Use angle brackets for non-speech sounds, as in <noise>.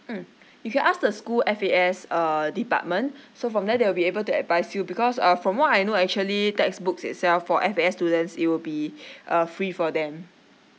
mm if you ask the school F_A_S err department so from there they will be able to advise you because uh from what I know actually textbooks itself for F_A_S students it will be <breath> uh free for them